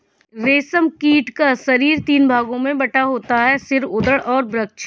रेशम कीट का शरीर तीन भागों में बटा होता है सिर, उदर और वक्ष